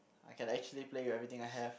I can actually play everything I have